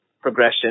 Progression